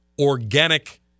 organic